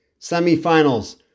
Semifinals